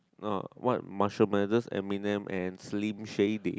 uh what marshal medals Eminem and slim shady